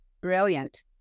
brilliant